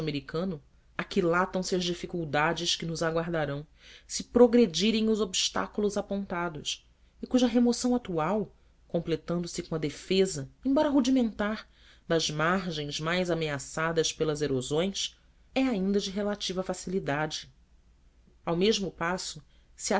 e os norteamericanos aquilatam se as dificuldades que nos aguardarão se progredirem os obstáculos apontados e cuja remoção atual completando se com a defesa embora rudimentar das margens mais ameaçadas pelas erosões é ainda de relativa facilidade ao mesmo passo se